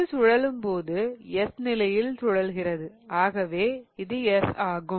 இது சுழலும்போது S நிலையில் சுழல்கிறது ஆகவே இது S ஆகும்